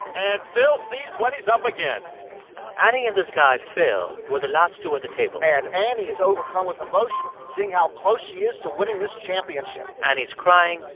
and phil sees what he's up against annie and this guy, phil, were the last two at the table and annie is overcome with emotion seeing how close she is to winning this championship annie's crying.